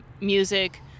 music